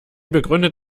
begründet